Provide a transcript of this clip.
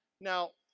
now,